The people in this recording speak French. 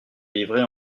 livrés